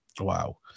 Wow